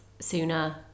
sooner